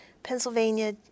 Pennsylvania